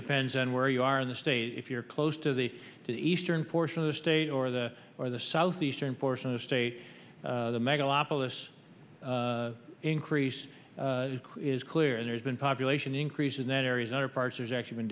depends on where you are in the state if you're close to the eastern portion of the state or the or the southeastern portion of the state the megalopolis increase is clear and there's been population increase in that area and other parts there's actually been